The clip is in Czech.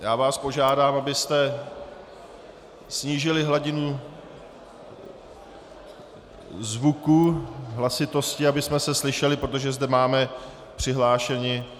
Já vás požádám, abyste snížili hladinu zvuku, hlasitosti, abychom se slyšeli, protože zde máme přihlášené.